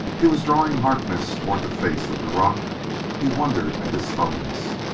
he was drawing harkness toward the face of the rock he wondered at his slowness.